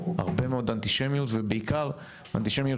הרבה מאוד אנטישמיות ובעיקר אנטישמיות